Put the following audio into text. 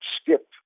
Skip